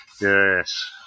Yes